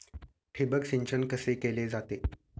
ठिबक सिंचन कसे केले जाते?